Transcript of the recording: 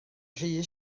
rhy